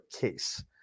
case